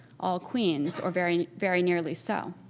all queens or very very nearly so.